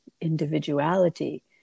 individuality